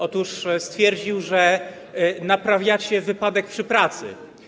Otóż stwierdził, że naprawiacie wypadek przy pracy.